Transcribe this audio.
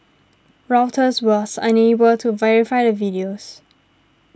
Reuters was unable to verify the videos